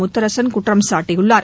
முத்தரசன் குற்றம் சாட்டியுள்ளார்